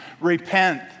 Repent